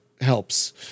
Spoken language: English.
helps